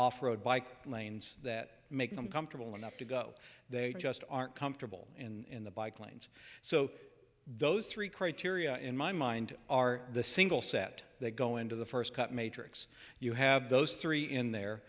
off road bike lanes that make them comfortable enough to go they just aren't comfortable in the bike lanes so those three criteria in my mind are the single set they go into the first cut matrix you have those three in